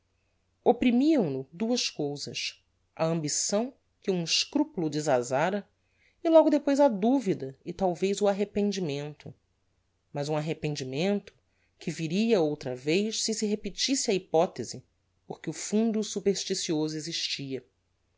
opprimiam no duas cousas a ambição que um escrupulo desazára e logo depois a duvida e talvez o arrependimento mas um arrependimento que viria outra vez si se repetisse a hypothese porque o fundo supersticioso existia